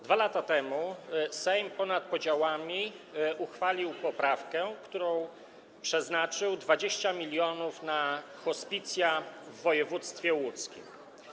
2 lata temu Sejm ponad podziałami uchwalił poprawkę, zgodnie z którą przeznaczył 20 mln na hospicja w województwie łódzkim.